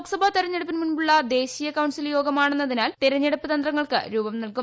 ലോക്സഭാ തിരഞ്ഞെടുപ്പിന് മുൻപുള്ള ദേശീയ കൌൺസിൽ യോഗമാണെന്നതിനാൽ തിരഞ്ഞെടുപ്പ് തന്ത്രങ്ങൾക്ക് രൂപം നൽകും